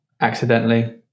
accidentally